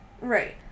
Right